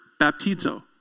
baptizo